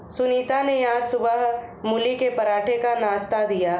सुनीता ने आज सुबह मूली के पराठे का नाश्ता दिया